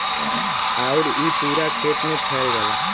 आउर इ पूरा खेत मे फैल जाला